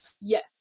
yes